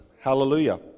hallelujah